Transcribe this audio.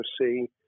see